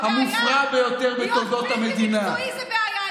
ניהלו מדינה,